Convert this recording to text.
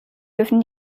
dürfen